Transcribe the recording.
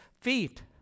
feet